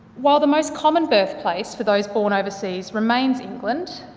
while the most common birthplace for those born overseas remains england,